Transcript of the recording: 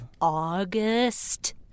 August